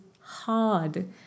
hard